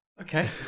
Okay